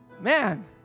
man